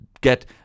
get